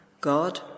God